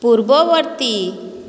ପୂର୍ବବର୍ତ୍ତୀ